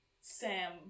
Sam